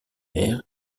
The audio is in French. mer